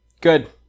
Good